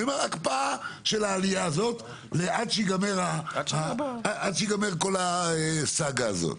אני אומר הקפאה של העלייה הזאת עד שתיגמר כל הסאגה הזאת.